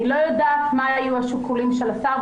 אני לא יודעת מה יהיו השיקולים של השר,